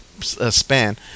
span